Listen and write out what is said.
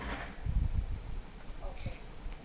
okay